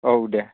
औ दे